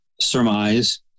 surmise